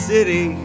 City